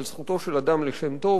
על זכותו של אדם לשם טוב.